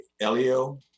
Elio